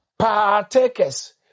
partakers